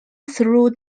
through